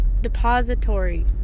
depository